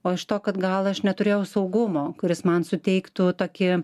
o iš to kad gal aš neturėjau saugumo kuris man suteiktų tokį